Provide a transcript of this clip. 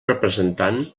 representant